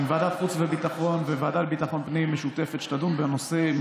לוועדה משותפת של ועדת החוץ והביטחון והוועדה לביטחון פנים שתדון בנושא,